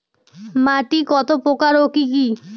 মাটি কত প্রকার ও কি কি?